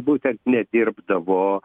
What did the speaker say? būtent nedirbdavo